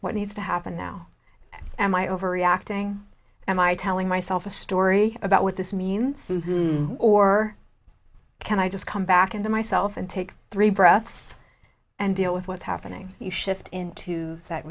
what needs to happen now am i overreacting am i telling myself a story about what this means or can i just come back into myself and take three breaths and deal with what's happening you shift into that